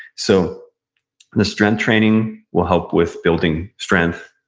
so the strength training will help with building strength,